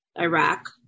Iraq